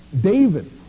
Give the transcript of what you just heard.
David